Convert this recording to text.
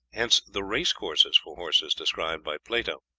hence the race-courses for horses described by plato.